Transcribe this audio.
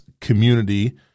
community